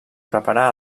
preparar